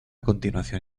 continuación